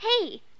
Hey